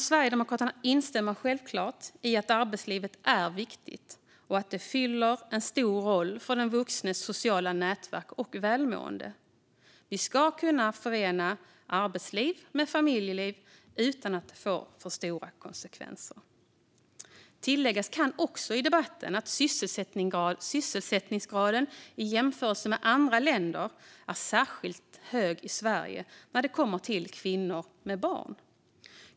Sverigedemokraterna instämmer självklart i att arbetslivet är viktigt och fyller en stor roll för den vuxnes sociala nätverk och välmående. Vi ska kunna förena arbetsliv med familjeliv utan att det får för stora konsekvenser. Tilläggas i debatten kan också att sysselsättningsgraden för kvinnor med barn är särskilt hög i Sverige jämfört med i andra länder.